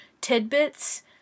tidbits